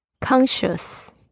Conscious